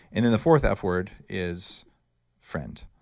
and then the fourth f word is friend.